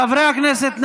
חברי הכנסת,